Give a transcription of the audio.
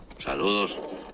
saludos